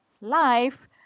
life